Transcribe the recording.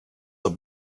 the